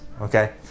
Okay